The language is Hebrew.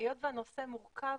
היות והנושא מורכב,